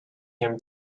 him